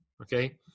okay